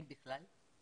אם בכלל.